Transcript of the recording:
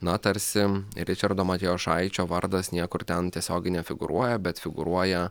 na tarsi ričardo matijošaičio vardas niekur ten tiesiogiai nefigūruoja bet figūruoja